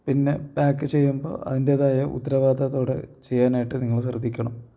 പിന്നെ പാക്ക് ചെയ്യുമ്പോൾ അതിൻ്റേതായ ഉത്തരവാദിത്തത്തോടെ ചെയ്യാനായിട്ടു നിങ്ങൾ ശ്രദ്ധിക്കണം